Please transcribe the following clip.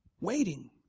Waiting